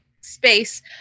space